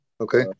Okay